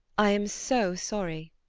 i am so sorry.